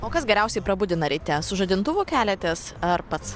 o kas geriausiai prabudina ryte su žadintuvu keliatės ar pats